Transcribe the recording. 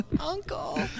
Uncle